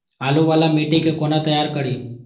बालू वाला मिट्टी के कोना तैयार करी?